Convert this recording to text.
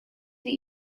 that